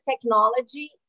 technology